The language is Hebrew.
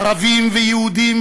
ערבים ויהודים,